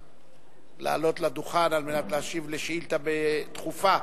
לעלות לדוכן על מנת להשיב על שאילתא דחופה